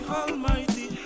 almighty